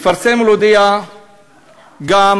לפרסם ולהודיע גם על